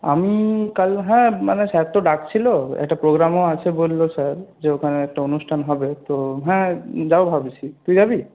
আমি কাল হ্যাঁ মানে স্যার তো ডাকছিল একটা প্রোগ্রামও আছে বলল স্যার যে ওখানে একটা অনুষ্ঠান হবে তো হ্যাঁ যাব ভাবছি তুই যাবি